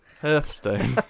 Hearthstone